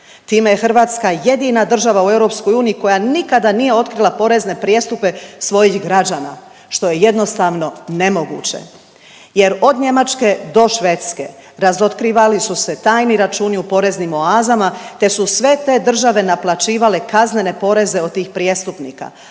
Time je Hrvatska jedina država u EU koja nikada nije otkrila porezne prijestupe svojih građana što je jednostavno nemoguće jer od Njemačke do Švedske razotkrivali su se tajni računi u poreznim oazama te su sve te države naplaćivale kaznene poreze od tih prijestupnika,